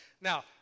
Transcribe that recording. Now